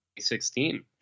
2016